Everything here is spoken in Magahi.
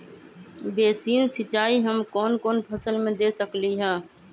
बेसिन सिंचाई हम कौन कौन फसल में दे सकली हां?